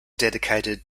dedicated